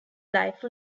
life